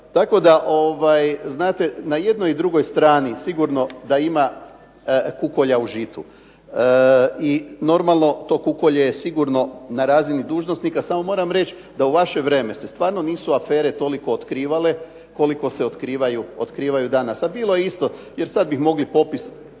tako da znate da i jednoj i drugoj strani sigurno da ima kukolja u žitu i normalno to kukolje je sigurno na razini dužnosnika, samo moram reći da u vaše vrijeme se stvarno nisu afere toliko otkrivale koliko se otkrivaju danas, a bilo je isto a sada bi mogli popis